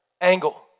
angle